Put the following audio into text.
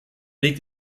liegt